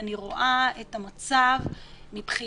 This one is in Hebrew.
אני רואה את המצב מבחינת